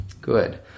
Good